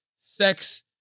sex